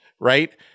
right